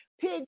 pig